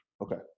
Okay